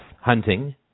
hunting